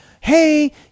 hey